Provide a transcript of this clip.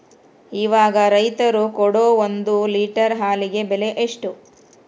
ಇವಾಗ ರೈತರು ಕೊಡೊ ಒಂದು ಲೇಟರ್ ಹಾಲಿಗೆ ಬೆಲೆ ಎಷ್ಟು?